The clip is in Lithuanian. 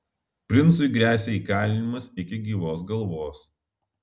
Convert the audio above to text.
princui gresia įkalinimas iki gyvos galvos